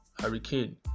Hurricane